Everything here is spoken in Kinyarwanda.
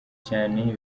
cyane